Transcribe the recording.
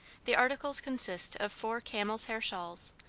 the articles consist of four camels' hair shawls,